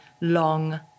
long